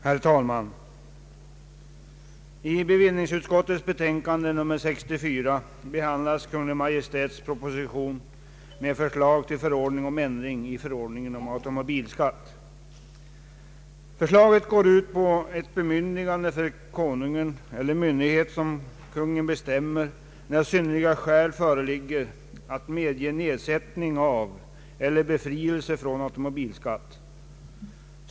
Herr talman! I bevillningsutskottets betänkande nr 64 behandlas Kungl. Maj:ts proposition med förslag till förordning om ändring i förordningen om automobilskatt. Förslaget går ut på ett bemyndigande för Kungl. Maj:t eller myndighet som Kungl. Maj:t bestämmer att, när synnerliga skäl föreligger, medge nedsättning av eller befrielse från automobilskatt.